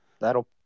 That'll